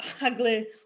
ugly